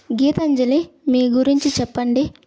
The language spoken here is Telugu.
గీతాంజలి మీ గురించి చెప్పండి